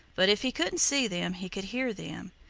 but if he couldn't see them he could hear them.